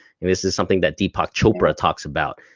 and this is something that deepak chopra talks about,